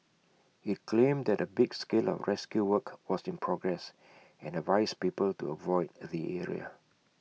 IT claimed that A big scale of rescue work was in progress and advised people to avoid the area